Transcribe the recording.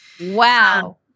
Wow